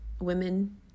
women